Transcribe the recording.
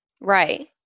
Right